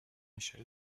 michel